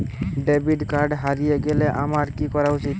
Debit card হারিয়ে গেলে আমার কি করা উচিৎ?